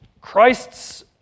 Christ's